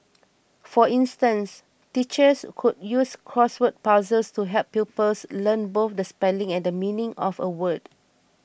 for instance teachers could use crossword puzzles to help pupils learn both the spelling and the meaning of a word